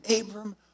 Abram